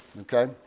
Okay